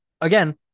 Again